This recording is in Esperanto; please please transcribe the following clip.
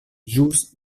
ĵus